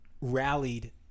rallied